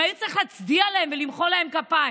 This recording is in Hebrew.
הם היו צריכים להצדיע להם ולמחוא להם כפיים,